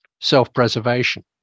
self-preservation